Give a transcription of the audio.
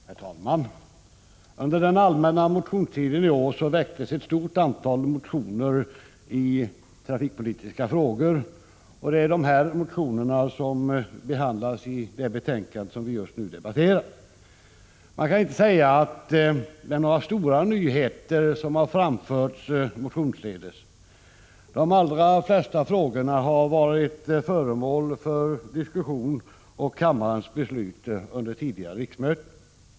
Herr talman! Under den allmänna motionstiden i år väcktes ett stort antal motioner i trafikpolitiska frågor, och det är dessa motioner som behandlas i det betänkande som just nu debatteras. Man kan inte säga att några stora nyheter har framförts motionsledes. De allra flesta frågorna har varit föremål för diskussion och kammarens beslut under tidigare riksmöten.